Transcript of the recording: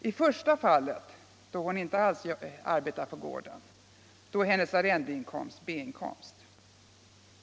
I första fallet, där hustrun inte alls arbetar på gården, är hennes arrendeinkomst B-inkomst.